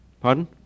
Pardon